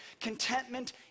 Contentment